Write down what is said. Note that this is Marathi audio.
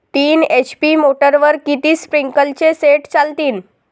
तीन एच.पी मोटरवर किती स्प्रिंकलरचे सेट चालतीन?